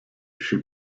she